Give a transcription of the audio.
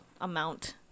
amount